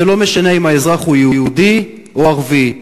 זה לא משנה אם האזרח הוא יהודי או ערבי.